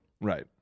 Right